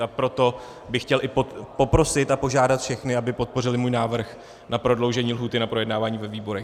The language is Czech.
A proto bych chtěl i poprosit a požádat všechny, aby podpořili můj návrh na prodloužení lhůty na projednávání ve výborech.